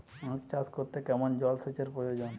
আখ চাষ করতে কেমন জলসেচের প্রয়োজন?